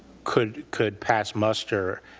could could pass muster,